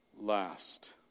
last